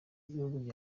b’igihugu